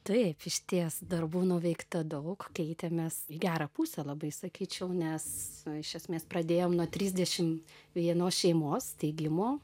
taip išties darbų nuveikta daug keitėmės į gerą pusę labai sakyčiau nes iš esmės pradėjom nuo trisdešim vienos šeimos steigimo